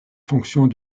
fonctions